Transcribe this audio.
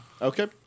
Okay